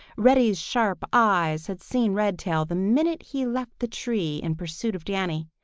reddy's sharp eyes had seen redtail the minute he left the tree in pursuit of danny,